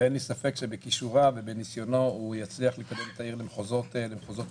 ואין לי ספק שבכישוריו ובניסיונו הוא יצליח לקדם את העיר למחוזות טובים.